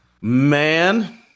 man